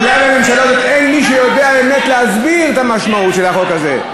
אין מי שיודע באמת להסביר את המשמעות של החוק הזה,